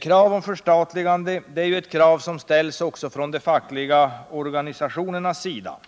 Kravet på förstatligande är ett krav som ställs också från de fackliga organisationernas sida.